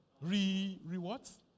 Rewards